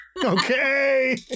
Okay